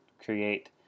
create